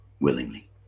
willingly